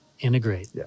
Integrate